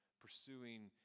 pursuing